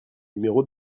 numéro